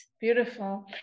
Beautiful